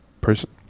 person